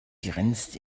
grinst